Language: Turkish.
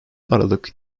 aralık